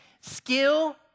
Skill